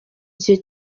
igihe